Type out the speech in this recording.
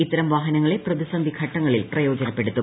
ഇത്തരം വാഹനങ്ങളെ പ്രതിസന്ധി ഘട്ടങ്ങളിൽ പ്രയോജനപ്പെടുത്തും